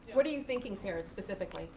what are you thinking sarah, and specifically.